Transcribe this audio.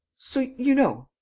so you know.